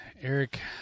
Eric